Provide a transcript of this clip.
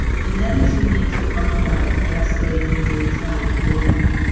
and that is we need to talk about fasta nucleotide format.